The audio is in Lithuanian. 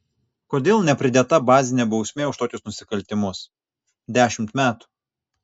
kodėl nepridėta bazinė bausmė už tokius nusikaltimus dešimt metų